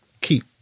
keep